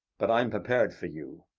but i'm prepared for you,